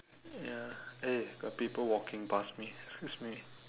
ya eh got people walking pass me excuse me